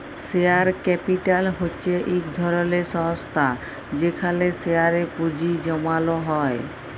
share capital হছে ইক ধরলের সংস্থা যেখালে শেয়ারে পুঁজি জ্যমালো হ্যয়